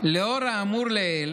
לאור האמור לעיל,